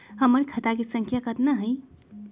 हमर खाता के सांख्या कतना हई?